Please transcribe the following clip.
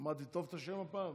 אמרתי טוב את השם הפעם?